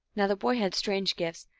now the boy had strange gifts,